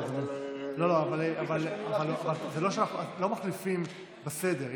לא מחליפים בסדר.